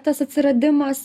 tas atsiradimas